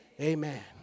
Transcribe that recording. Amen